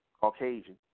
Caucasian